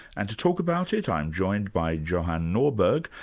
and to talk about it, i'm joined by johan norberg,